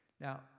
Now